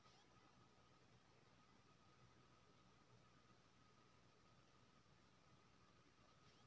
anthrax, enterotoxaemia आ tetanus बकरी सब मे होइ बला मेन बेमारी छै